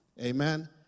Amen